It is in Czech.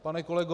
Pane kolego